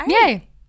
Yay